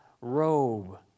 robe